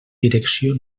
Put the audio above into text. direcció